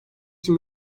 için